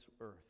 earth